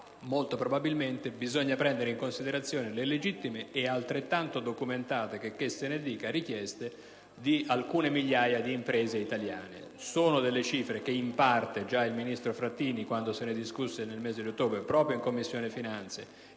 molto probabilmente bisogna prendere in considerazione le legittime e altrettanto documentate, checché se ne dica, richieste di alcune migliaia di imprese italiane. Sono delle cifre che in parte già il ministro Frattini diede per coperte quando se ne discusse nel mese di ottobre proprio in Commissione finanze.